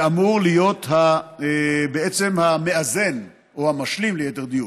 שאמור להיות בעצם המאזן, או המשלים, ליתר דיוק,